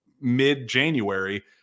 mid-January